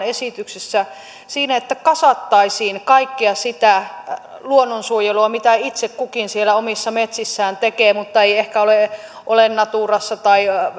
esityksessä siinä että kasattaisiin kaikkea sitä luonnonsuojelua mitä itse kukin siellä omissa metsissään tekee mutta ei ehkä ole ole naturassa tai